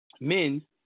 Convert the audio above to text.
men